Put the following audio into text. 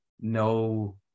no